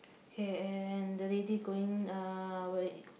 K and the lady going uh where